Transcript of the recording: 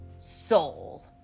soul